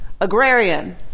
agrarian